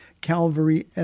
calvary